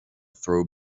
throw